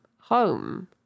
home